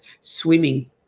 swimming